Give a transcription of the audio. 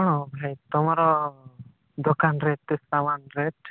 ହଁ ଭାଇ ତୁମର ଦୋକାନରେ ଏତେ ସାମାନ ରେଟ୍